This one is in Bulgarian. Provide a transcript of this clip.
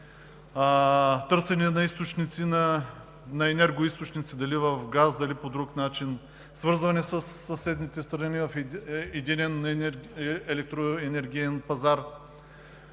търсене на енергоизточници – дали в газ, дали по друг начин, свързване със съседните страни в единен електроенергиен пазар